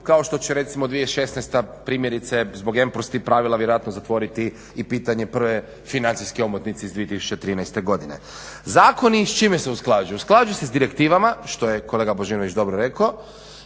kao što će recimo 2016.primjerice zbog m+3 pravila vjerojatno i zatvoriti i pitanje prve financijske omotnice iz 2013.godine. Zakoni s čime se usklađuju? Usklađujemo se s direktivama što je kolega Božinović dobro rekao